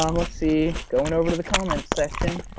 um let's see going over to the comments section,